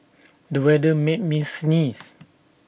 the weather made me sneeze